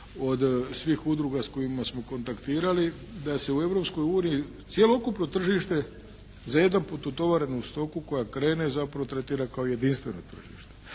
od svih udruga s kojima smo kontaktirali da se u Europskoj uniji cjelokupno tržište za jedanput utovarenu stoku koja krene zapravo tretira kao jedinstveno tržište.